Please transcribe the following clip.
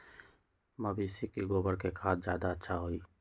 मवेसी के गोबर के खाद ज्यादा अच्छा होई?